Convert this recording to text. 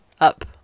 up